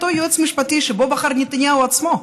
אותו יועץ ממשלה שבו בחר נתניהו עצמו.